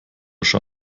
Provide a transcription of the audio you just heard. schon